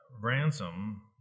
ransom